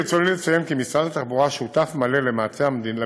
ברצוני לציין כי משרד התחבורה שותף מלא למאמצי